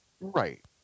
Right